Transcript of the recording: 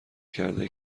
کرده